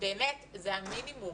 באמת זה המינימום.